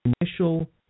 initial